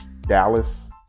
Dallas